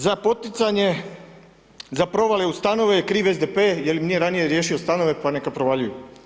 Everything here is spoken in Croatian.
Za poticanje, za provale u stanove je kriv SDP jer im nije ranije riješio stanove, pa neka provaljuju.